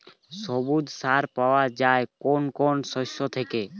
সবুজ সার পাওয়া যায় কোন কোন শস্য থেকে?